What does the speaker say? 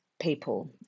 people